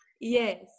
yes